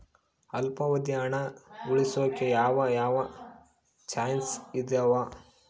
ಅಲ್ಪಾವಧಿ ಹಣ ಉಳಿಸೋಕೆ ಯಾವ ಯಾವ ಚಾಯ್ಸ್ ಇದಾವ?